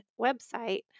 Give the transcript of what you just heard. website